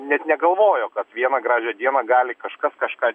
net negalvojo kad vieną gražią dieną gali kažkas kažką